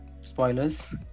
spoilers